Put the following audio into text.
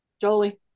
Jolie